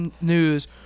news